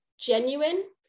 genuine